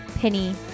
penny